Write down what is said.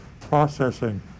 processing